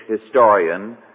historian